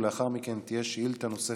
לאחר מכן תהיה שאילתה נוספת,